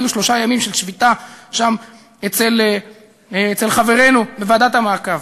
היו שלושה ימים של שביתה שם אצל חברינו בוועדת המעקב.